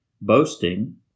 boasting